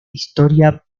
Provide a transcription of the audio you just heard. historia